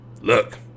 Look